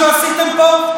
יום אחרי מה שעשיתם פה,